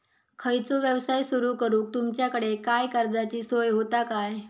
खयचो यवसाय सुरू करूक तुमच्याकडे काय कर्जाची सोय होता काय?